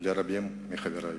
לרבים מחברי.